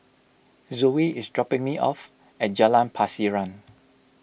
Zoe is dropping me off at Jalan Pasiran